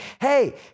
hey